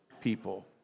people